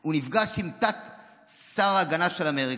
הוא נפגש עם תת-שר ההגנה של אמריקה.